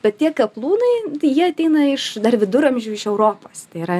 bet tie kaplūnai tai jie ateina iš dar viduramžių iš europos tai yra